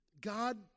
God